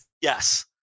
Yes